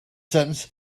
sentence